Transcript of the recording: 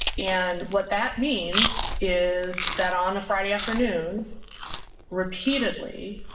and what that means is that on a friday afternoon repeatedly,